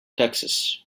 texas